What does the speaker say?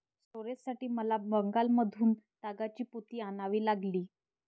स्टोरेजसाठी मला बंगालमधून तागाची पोती आणावी लागली